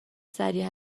سریع